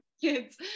kids